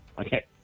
okay